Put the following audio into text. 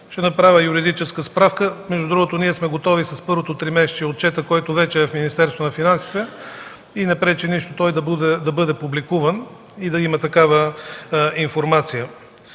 ще направя юридическа справка. Между другото, ние сме готови с първото тримесечие – отчетът, който вече е в Министерството на финансите. Нищо не пречи той да бъде публикуван, да има такава информация.